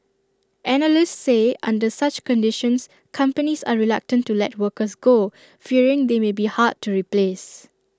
analysts say under such conditions companies are reluctant to let workers go fearing they may be hard to replace